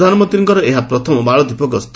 ପ୍ରଧାନମନ୍ତ୍ରୀଙ୍କର ଏହା ପ୍ରଥମ ମାଳଦ୍ୱୀପ ଗସ୍ତ